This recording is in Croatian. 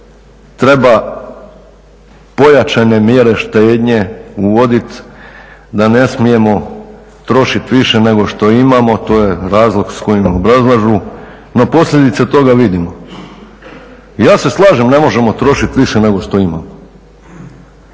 treba pojačane mjere štednje uvoditi, da ne smijemo trošiti više nego što imamo, to je razlog s kojim obrazlažu, no posljedice toga vidimo. Ja se slažem, ne možemo trošiti više nego što imamo,